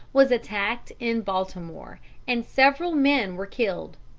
was attacked in baltimore and several men were killed.